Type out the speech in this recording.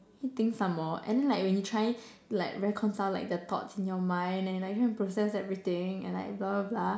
you think some more and then like when you try like reconcile like the thoughts in your mind and then you like process everything and like blah blah blah